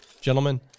gentlemen